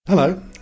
Hello